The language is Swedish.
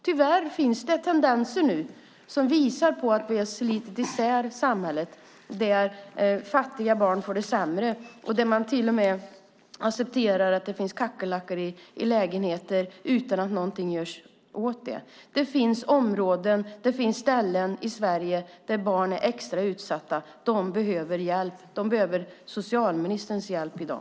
Tyvärr finns det nu tendenser som visar på att vi har slitit isär samhället så att fattiga barn får det sämre och där man till och med accepterar att det finns kackerlackor i lägenheter utan att någonting görs åt det. Det finns områden i Sverige där barn är extra utsatta. De behöver hjälp. De behöver socialministerns hjälp i dag.